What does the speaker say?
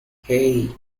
hey